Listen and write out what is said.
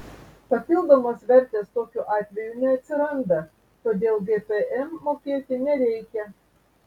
papildomos vertės tokiu atveju neatsiranda todėl gpm mokėti nereikia